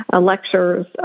lectures